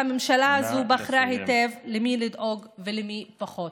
אך הממשלה הזו בחרה היטב למי לדאוג ולמי פחות.